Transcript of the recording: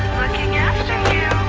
looking after you!